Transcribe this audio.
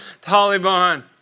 Taliban